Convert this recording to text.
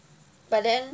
but then